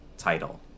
Title